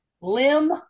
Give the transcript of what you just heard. Limb